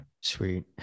Sweet